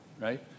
Right